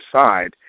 side